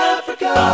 Africa